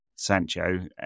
Sancho